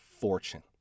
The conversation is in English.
fortune